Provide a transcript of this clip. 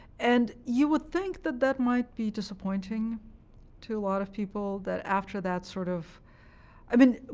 and you would think that that might be disappointing to a lot of people, that after that sort of i mean,